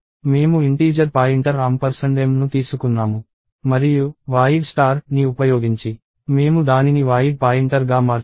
మేము integer pointer m ను తీసుకున్నాము మరియు void ని ఉపయోగించి మేము దానిని void పాయింటర్ గా మార్చాము